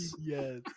Yes